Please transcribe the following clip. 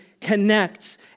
connects